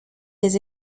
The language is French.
des